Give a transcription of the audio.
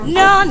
no